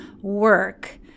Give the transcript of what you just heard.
work